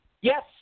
Yes